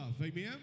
Amen